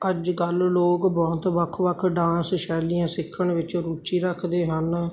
ਅੱਜ ਕੱਲ੍ਹ ਲੋਕ ਬਹੁਤ ਵੱਖ ਵੱਖ ਡਾਂਸ ਸ਼ੈਲੀਆਂ ਸਿੱਖਣ ਵਿੱਚ ਰੁਚੀ ਰੱਖਦੇ ਹਨ